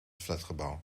flatgebouw